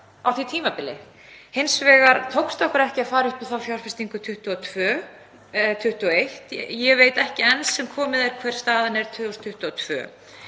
á því tímabili. Hins vegar tókst okkur ekki að fara upp í þá fjárfestingu 2021, ég veit ekki enn sem komið er hver staðan er 2022.